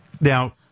Now